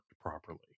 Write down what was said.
properly